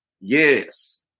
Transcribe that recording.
Yes